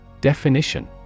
Definition